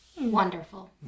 Wonderful